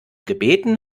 gebeten